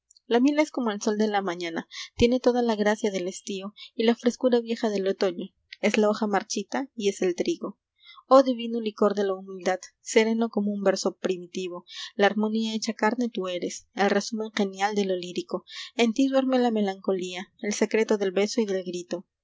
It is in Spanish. la miel es como el sol de la mañana tiene toda la gracia del estío y la frescura vieja del otoño es la hoja marchita y es el trigo oh divino licor de la humildad sereno como un verso primitivo la armonía hecha carne tú eres el resumen genial de lo lírico en ti duerme la melancolía el secreto del beso y